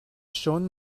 schon